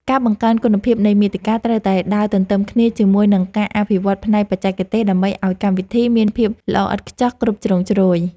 ការបង្កើនគុណភាពនៃមាតិកាត្រូវតែដើរទន្ទឹមគ្នាជាមួយនឹងការអភិវឌ្ឍផ្នែកបច្ចេកទេសដើម្បីឱ្យកម្មវិធីមានភាពល្អឥតខ្ចោះគ្រប់ជ្រុងជ្រោយ។